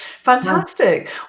Fantastic